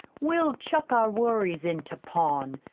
we'll chuck our worries into pawn,